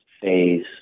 phase